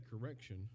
correction